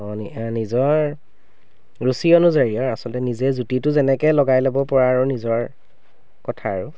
অঁ নি নিজৰ ৰুচি অনুযায়ী আৰু আচলতে নিজৰ জুতিটো যেনেকৈ লগাই ল'ব পাৰা আৰু নিজৰ কথা আৰু